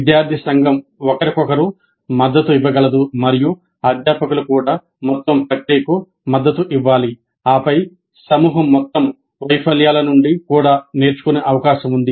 విద్యార్థి సంఘం ఒకరికొకరు మద్దతు ఇవ్వగలదు మరియు అధ్యాపకులు కూడా మొత్తం ప్రక్రియకు మద్దతు ఇవ్వాలి ఆపై సమూహం మొత్తం వైఫల్యాల నుండి కూడా నేర్చుకునే అవకాశం ఉంది